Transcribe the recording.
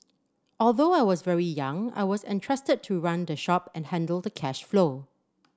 although I was very young I was entrusted to run the shop and handle the cash flow